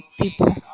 people